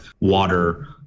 water